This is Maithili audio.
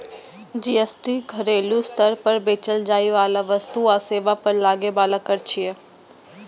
जी.एस.टी घरेलू स्तर पर बेचल जाइ बला वस्तु आ सेवा पर लागै बला कर छियै